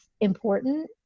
important